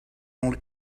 only